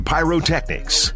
Pyrotechnics